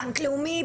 בנק לאומי,